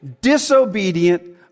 disobedient